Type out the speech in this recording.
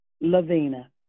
Lavina